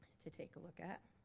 to take a look at